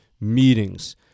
meetings